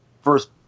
first